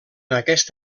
aquest